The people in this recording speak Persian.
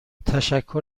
تشکر